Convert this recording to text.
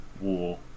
war